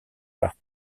pas